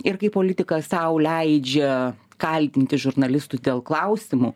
ir kai politika sau leidžia kaltinti žurnalistus dėl klausimų